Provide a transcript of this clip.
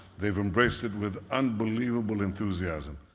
they have embraced it with unbelievable enthusiasm.